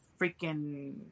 freaking